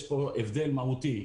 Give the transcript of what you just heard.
יש פה הבדל מהותי.